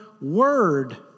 word